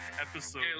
episode